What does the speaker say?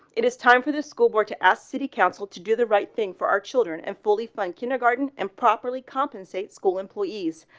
it is time for the school board to ask city council to do the right thing for our children and fully fund kindergarten and properly compensate school employees.